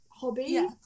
hobby